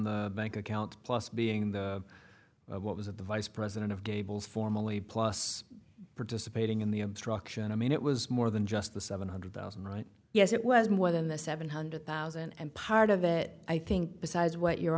the bank account plus being the what was it the vice president of gables formally plus participating in the obstruction i mean it was more than just the seven hundred thousand right yes it was more than the seven hundred thousand and part of it i think besides what your